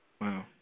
Wow